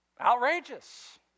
outrageous